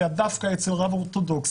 אלא דווקא אצל רב אורתודקסי,